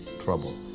trouble